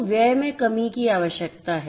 तो व्यय में कमी की आवश्यकता है